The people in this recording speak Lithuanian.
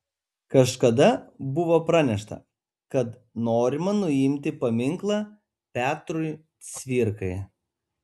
kažkada buvo pranešta kad norima nuimti paminklą petrui cvirkai